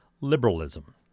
liberalism